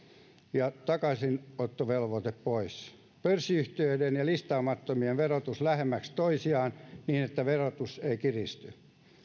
ja takaisinottovelvoite pois pörssiyhtiöiden ja listaamattomien verotus lähemmäksi toisiaan niin että verotus ei kiristy